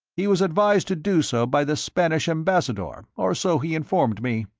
he was advised to do so by the spanish ambassador, or so he informed me.